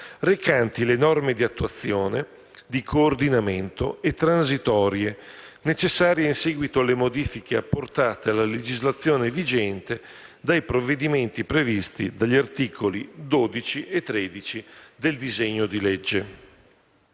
recanti le norme di attuazione, di coordinamento e transitorie necessarie in seguito alle modifiche apportate alla legislazione vigente dai provvedimenti previsti dagli articoli 12 e 13 del disegno di legge.